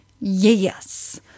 Yes